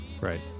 Right